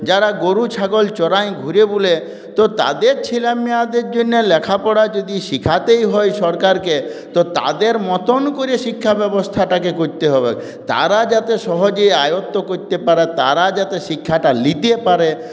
যারা গরু ছাগল চড়ায় ঘুরে ঘুরে তো তাদের ছেলেমেয়েদের জন্যে লেখাপড়া যদি শেখাতেই হয় সরকারকে তো তাদের মত করে শিক্ষা ব্যবস্থাটাকে করতে হবে তারা যাতে সহজে আয়ত্ত করতে পারে তারা যাতে শিক্ষাটা নিতে পারে